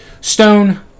stone